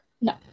No